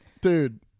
Dude